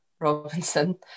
Robinson